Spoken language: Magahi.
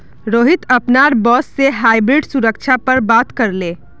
रोहित अपनार बॉस से हाइब्रिड सुरक्षा पर बात करले